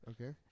Okay